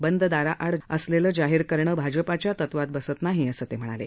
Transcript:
बंद दाराआडची चर्चा जाहीर करणं भाजपाच्या तत्वात बसत नाही असं ते म्हणाले